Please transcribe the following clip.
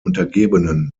untergebenen